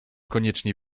koniecznie